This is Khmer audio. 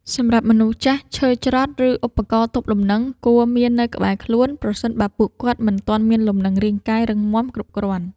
សម្រាប់មនុស្សចាស់ ឈើច្រត់ ឬឧបករណ៍ទប់លំនឹងគួរមាននៅក្បែរខ្លួន ប្រសិនបើពួកគាត់មិនទាន់មានលំនឹងរាងកាយរឹងមាំគ្រប់គ្រាន់។